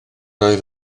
oedd